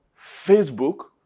Facebook